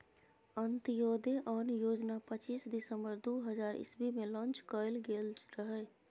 अंत्योदय अन्न योजना पच्चीस दिसम्बर दु हजार इस्बी मे लांच कएल गेल रहय